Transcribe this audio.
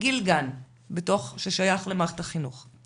בגיל גן ששייך למערכת החינוך,